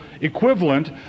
equivalent